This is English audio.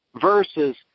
versus